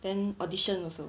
then audition also